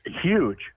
huge